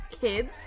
kids